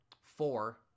four